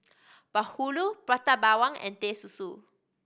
bahulu Prata Bawang and Teh Susu